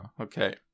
okay